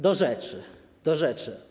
Do rzeczy, do rzeczy.